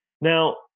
Now